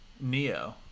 neo